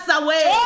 away